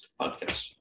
podcast